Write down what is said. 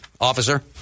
officer